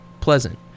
pleasant